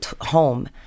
home